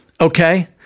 okay